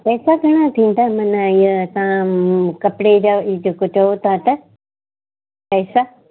पैसा घणा थींदा मन हीअ तव्हां कपिड़े जा इहो जेको चओ था त पैसा